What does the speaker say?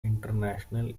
international